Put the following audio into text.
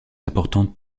importante